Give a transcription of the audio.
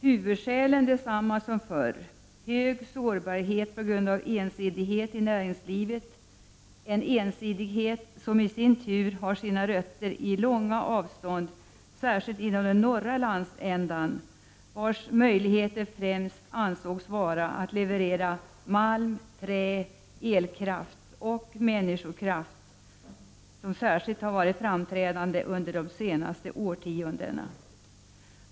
Huvudskälen är desamma som förr: stor sårbarhet på grund av ensidighet i näringslivet, en ensidighet som i sin tur beror på långa avstånd i särskilt den norra landsändan, vars möjligheter har ansetts ligga främst i leverans av malm, trä, elkraft och människokraft. Utflyttningen av det sistnämnda har varit särskilt framträdande under de senaste årtiondena.